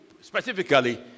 specifically